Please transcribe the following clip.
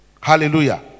Hallelujah